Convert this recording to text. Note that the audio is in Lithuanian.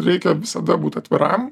reikia visada būt atviram